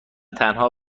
تنها